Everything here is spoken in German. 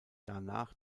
danach